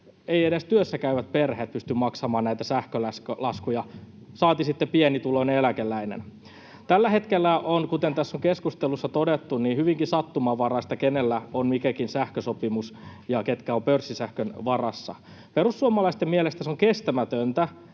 eivät edes työssäkäyvät perheet pysty maksamaan näitä sähkölaskuja, saati sitten pienituloinen eläkeläinen. Tällä hetkellä on, kuten tässä on keskustelussa todettu, hyvinkin sattumanvaraista, kenellä on mikäkin sähkösopimus ja ketkä ovat pörssisähkön varassa. Perussuomalaisten mielestä se on kestämätöntä,